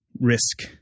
risk